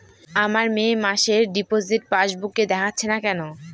আমার মে মাসের ডিপোজিট পাসবুকে দেখাচ্ছে না কেন?